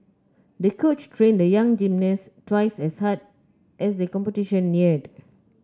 the coach trained the young gymnast twice as hard as the competition neared